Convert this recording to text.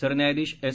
सरन्यायाधीश एस